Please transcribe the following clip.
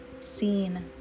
seen